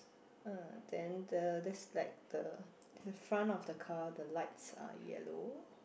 uh then the there's like the the front of the car the lights are yellow